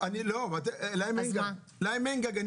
לא, להם אין גג.